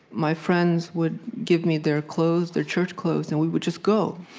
my friends would give me their clothes, their church clothes, and we would just go.